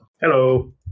Hello